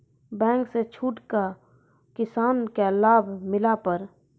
Bank से छूट का किसान का लाभ मिला पर?